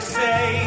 say